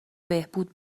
بهبود